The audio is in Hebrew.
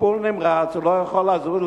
טיפול נמרץ לא יכול לזוז.